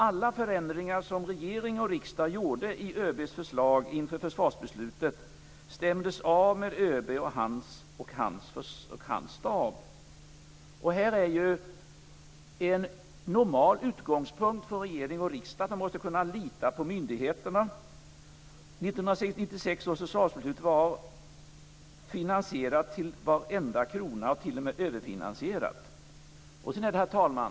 Alla förändringar som regering och riksdag gjorde i ÖB:s förslag inför försvarsbeslutet stämdes av med ÖB och hans stab. En normal utgångspunkt för regering och riksdag är att man måste kunna lita på myndigheterna. 1996 års försvarsbeslut var finansierat till varenda krona, och t.o.m. överfinansierat. Herr talman!